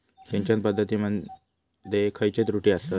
सिंचन पद्धती मध्ये खयचे त्रुटी आसत?